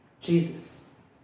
Jesus